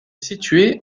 situé